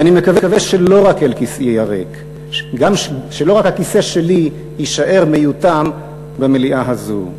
ואני מקווה שלא רק הכיסא שלי יישאר מיותם במליאה הזאת.